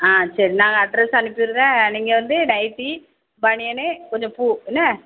ஆ சரி நாங்கள் அட்ரஸ் அனுப்பிவிடுதேன் நீங்கள் வந்து நைட்டி பனியன்னு கொஞ்சம் பூ என்ன